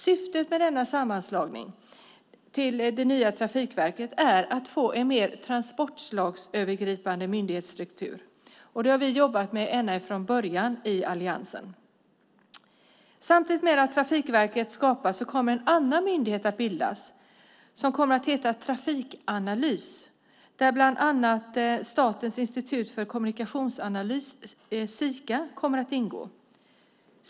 Syftet med denna sammanslagning är att få en mer transportslagsövergripande myndighetsstruktur. Det har vi i alliansen jobbat med sedan början av mandatperioden. Samtidigt med att Trafikverket skapas kommer en annan myndighet att bildas. Den kommer att heta Trafikanalys. Där ska bland annat Statens institut för kommunikationsanalys, Sika, ingå.